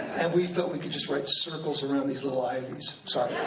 and we felt we could just write circles around these little ivies. sorry.